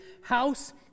house